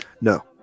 No